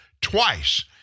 twice